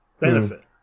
benefit